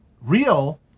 real